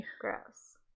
gross